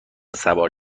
سوار